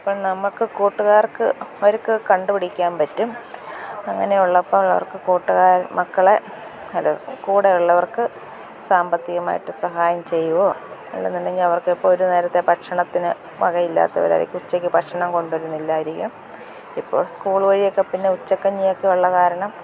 ഇപ്പോൾ നമുക്ക് കൂട്ടുകാർക്ക് അവർക്ക് കണ്ടുപിടിക്കാൻ പറ്റും അങ്ങനെയുള്ളപ്പോൾ ഉള്ളവർക്ക് കൂട്ടുകാർ മക്കളെ അല്ല കൂടെ ഉള്ളവർക്ക് സാമ്പത്തികമായിട്ട് സഹായം ചെയ്യുകയോ അല്ലെന്നുണ്ടെങ്കിൽ അവർക്ക് ഇപ്പം ഒരു നേരത്തെ ഭക്ഷണത്തിന് വകയില്ലാത്തവരായിരിക്കും ഉച്ചയ്ക്ക് ഭക്ഷണം കൊണ്ടുവരുന്നില്ലായിരിക്കും ഇപ്പോൾ സ്കൂൾ വഴിയൊക്കെ പിന്നെ ഉച്ചക്കഞ്ഞിയൊക്കെ ഉള്ള കാരണം